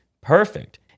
perfect